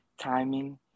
timing